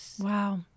Wow